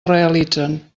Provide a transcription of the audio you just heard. realitzen